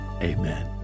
Amen